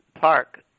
Park